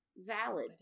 valid